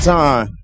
Time